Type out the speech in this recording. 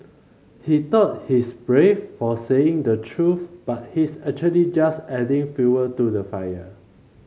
he thought he's brave for saying the truth but he's actually just adding fuel to the fire